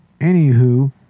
anywho